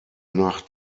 nach